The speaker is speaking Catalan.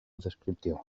descriptiu